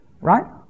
Right